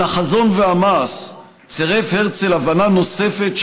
אל החזון והמעש צירף הרצל הבנה נוספת,